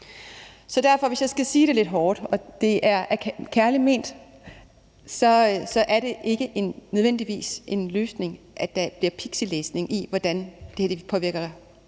Hvis jeg skal sige det lidt hårdt, og det er kærligt ment, så er det ikke nødvendigvis en løsning, at der bliver pixielæsning i, hvordan noget påvirker